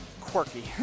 Quirky